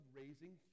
raising